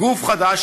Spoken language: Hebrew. גוף חדש,